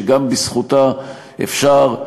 שגם בזכותה אפשר,